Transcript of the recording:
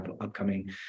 upcoming